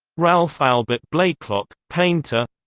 ralph albert blakelock, painter